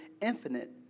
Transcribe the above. infinite